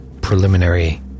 preliminary